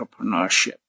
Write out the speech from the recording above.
entrepreneurship